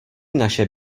naše